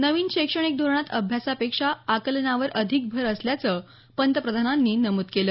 नवीन शैक्षणिक धोरणात अभ्यासापेक्षा आकलनावर अधिक भर असल्याचं पंतप्रधानांनी नमूद केलं